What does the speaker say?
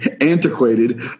antiquated